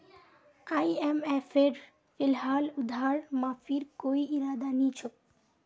आईएमएफेर फिलहाल उधार माफीर कोई इरादा नी छोक